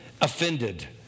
offended